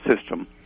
system